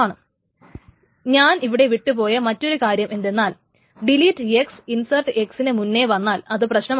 ഇവിടെ ഞാൻ വിട്ടു പോയ മറ്റൊരുകാര്യം എന്തെന്നാൽ ഡിലീറ്റ് x ഇൻസെർട്ട് x ന് മുന്നേ വന്നാൽ അത് പ്രശ്നമാണ്